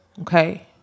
Okay